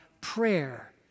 prayer